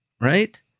right